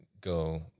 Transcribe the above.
go